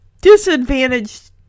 disadvantaged